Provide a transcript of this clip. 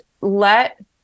let